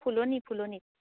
ফুলনি ফুলনিত